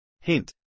Hint